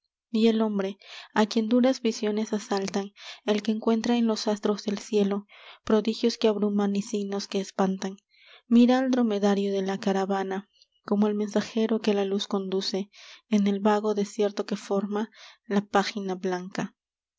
y el hombre a quien duras visiones asaltan el que encuentra en los astros del cielo prodigios que abruman y signos que espantan mira al dromedario de la caravana como al mensajero que la luz conduce en el vago desierto que forma la página blanca